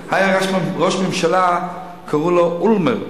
היה ראש ממשלה, קראו לו אולמרט,